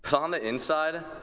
on the inside,